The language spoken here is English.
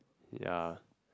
ya